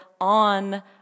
on